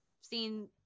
seen